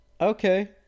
Okay